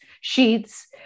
sheets